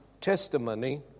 testimony